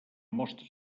mostra